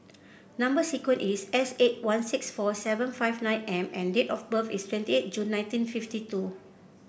number sequence is S eight one six four seven five nine M and date of birth is twenty eight June nineteen fifty two